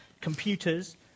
computers